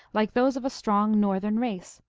like those of a strong northern race,